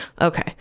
Okay